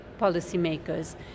policymakers